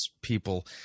people